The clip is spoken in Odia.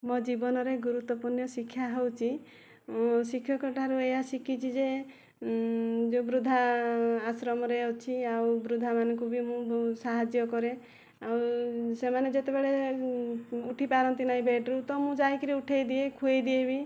ମୋ ଜୀବନରେ ଗୁରୁତ୍ୱପୂର୍ଣ ଶିକ୍ଷା ହେଉଛି ମୁଁ ଶିକ୍ଷକଙ୍କ ଠାରୁ ଏଇଆ ଶିଖିଛି ଯେ ବୃଦ୍ଧା ଆଶ୍ରମରେ ଅଛି ଆଉ ବୃଦ୍ଧାମାନଙ୍କୁ ମୁଁ ବହୁତ ସାହାଯ୍ୟ କରେ ଆଉ ସେମାନେ ଯେତେବେଳେ ଉଠିପାରନ୍ତି ନାହିଁ ବେଡ଼ରୁ ତ ମୁଁ ଯାଇକି ଉଠାଇଦିଏ ଖୁଆଇ ଦିଏ ବି